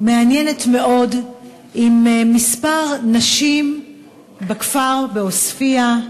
מעניינת מאוד עם כמה נשים בכפר, בעוספיא,